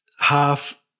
half